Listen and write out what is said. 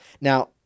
Now